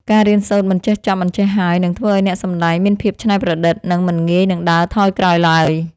ការរៀនសូត្រមិនចេះចប់មិនចេះហើយនឹងធ្វើឱ្យអ្នកសម្តែងមានភាពច្នៃប្រឌិត និង មិនងាយនឹងដើរថយក្រោយឡើយ។